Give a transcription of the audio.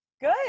Good